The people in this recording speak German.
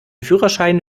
führerschein